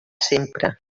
sempre